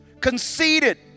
conceited